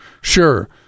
Sure